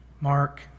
Mark